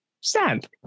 sand